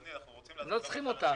הם לא צריכים אותנו.